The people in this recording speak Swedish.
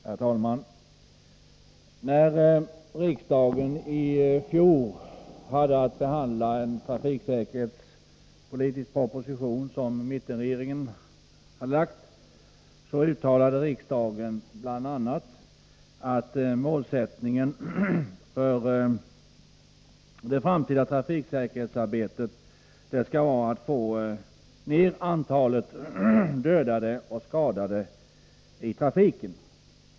Herr talman! När riksdagen i fjol hade att behandla en trafiksäkerhetspolitisk proposition som mittenregeringen hade framlagt uttalade riksdagen bl.a. att målsättningen för det framtida trafiksäkerhetsarbetet skall vara att få ned antalet dödade och skadade i trafiken.